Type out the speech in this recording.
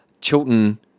Chilton